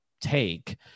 take